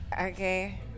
Okay